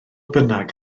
bynnag